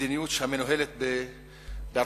המדיניות המנוהלת בארצות-הברית,